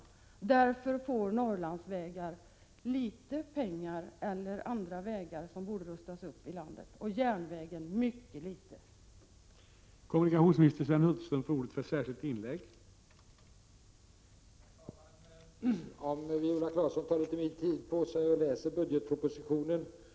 Därför får Norrlandsvägarna och andra vägar i landet som borde rustas upp samt järnvägen mycket litet pengar.